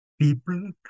people